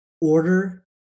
order